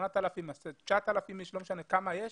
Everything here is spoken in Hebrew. כל ה-9,000 אנשים,